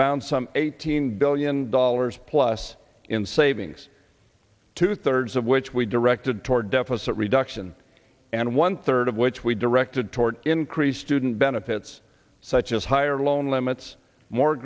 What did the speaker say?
found some eighteen billion dollars plus in savings two thirds of which we directed toward deficit reduction and one third of which we directed toward increased student benefits such as higher loan limits more